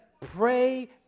pray